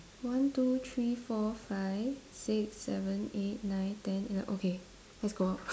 one two three four five six seven eight nine ten eleven okay let's go out